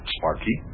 Sparky